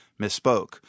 misspoke